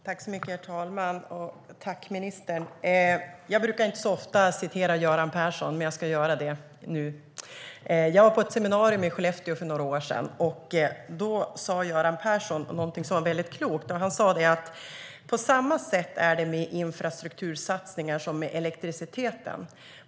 Herr talman! Tack, ministern! Jag brukar inte så ofta citera Göran Persson, men jag ska göra det nu. Jag var på ett seminarium i Skellefteå för några år sedan. Där sa Göran Persson någonting som var väldigt klokt, nämligen att det är på samma sätt med infrastruktursatsningar som med elektriciteten.